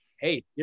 Hey